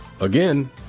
again